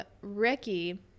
Ricky